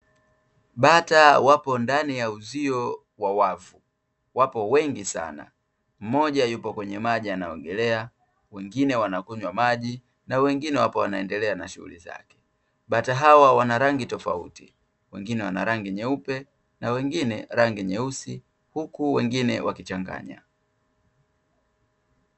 Bata wapo ndani ya uzio wa wavu wapo wengi sana, mmoja yupo kwenye maji anaogelea, wengine wanakunywa maji na wengine wapo wanaendelea na shughuli zake. Bata hawa wana rangi tofauti wengine wana rangi nyeupe, na wengine rangi nyeusi huku wengine wakichanganya.